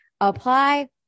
Apply